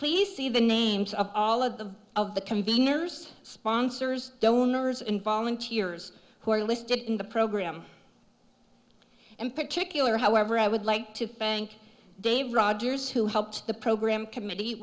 please see the names of all of the of the conveners sponsors donors and volunteers who are listed in the program in particular however i would like to thank dave rogers who helped the program commit